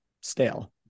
stale